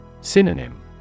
Synonym